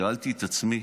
שאלתי את עצמי,